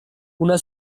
una